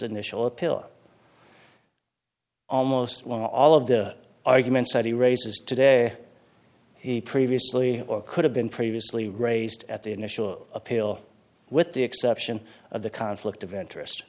pill almost all of the arguments that he raises today he previously or could have been previously raised at the initial appeal with the exception of the conflict of interest